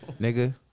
Nigga